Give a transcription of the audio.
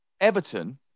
Everton